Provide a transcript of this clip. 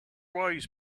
wise